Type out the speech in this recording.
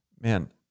man